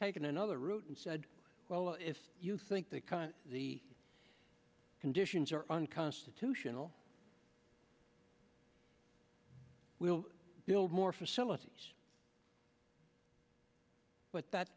taken another route and said well if you think that the conditions are unconstitutional we'll build more facilities but that